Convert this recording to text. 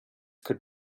could